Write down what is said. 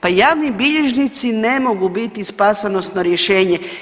Pa javni bilježnici ne mogu biti spasonosno rješenje.